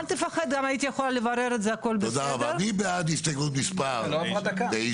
מי בעד הסתייגות מס' 9